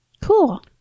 Cool